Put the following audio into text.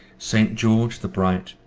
saint george the bright,